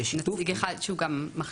יש נציג אחד שהוא מחלים.